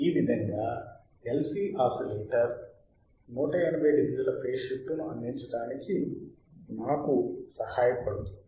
ఈ విధముగా LC oscillator 1800 phase shift ను అందించడానికి నాకు సహాయపడుతుంది